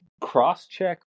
cross-check